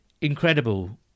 incredible